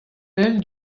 eil